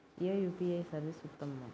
ఏ UPI service ఉత్తమము?